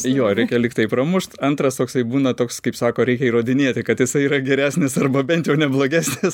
jo reikia lyg tai pramušt antras toksai būna toks kaip sako reikia įrodinėti kad jisai yra geresnis arba bent jau neblogesnis